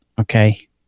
Okay